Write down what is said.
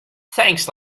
thanks